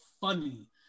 funny